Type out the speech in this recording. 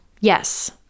yes